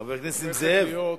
חבר הכנסת נסים זאב,